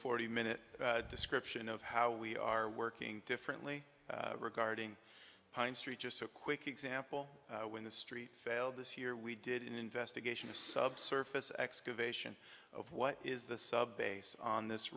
forty minute description of how we are working differently regarding pine street just a quick example when the street failed this year we did an investigation of subsurface excavation of what is the base on this